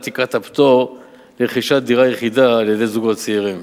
תקרת הפטור לרכישת דירה יחידה על-ידי זוגות צעירים.